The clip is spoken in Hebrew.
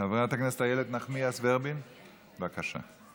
חברת הכנסת איילת נחמיאס ורבין, בבקשה,